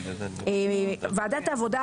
ועדת העבודה,